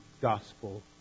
gospel